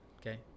okay